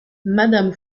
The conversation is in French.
madame